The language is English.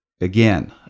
again